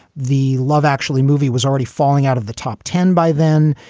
the love actually movie was already falling out of the top ten by then.